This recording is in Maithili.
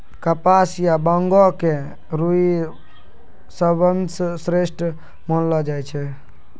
कपास या बांगो के रूई सबसं श्रेष्ठ मानलो जाय छै